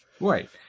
Right